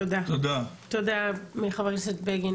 תודה חבר הכנסת בגין.